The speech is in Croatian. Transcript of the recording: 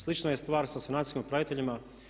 Slična je stvar sa sanacijskim upraviteljima.